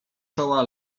czoła